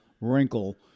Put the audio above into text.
wrinkle